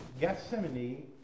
Gethsemane